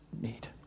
need